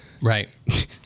Right